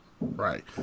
Right